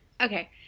Okay